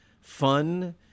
fun